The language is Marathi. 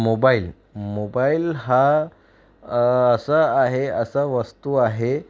मोबाईल मोबाईल हा असा आहे असा वस्तू आहे